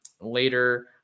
later